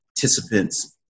participants